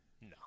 no